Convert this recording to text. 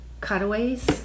cutaways